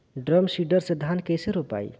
Drum seeder से धान कैसे रोपाई?